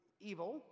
evil